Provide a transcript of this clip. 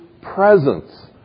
presence